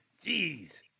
Jeez